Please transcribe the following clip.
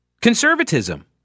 conservatism